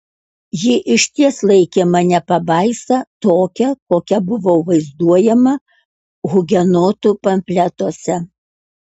ji išties laikė mane pabaisa tokia kokia buvau vaizduojama hugenotų pamfletuose